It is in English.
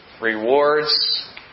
rewards